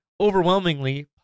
overwhelmingly